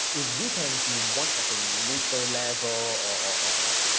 if we can be one of the middle level ah so